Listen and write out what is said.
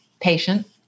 patient